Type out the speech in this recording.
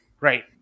right